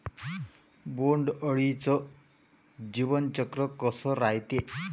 बोंड अळीचं जीवनचक्र कस रायते?